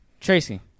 Tracy